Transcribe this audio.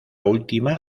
última